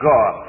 God